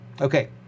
Okay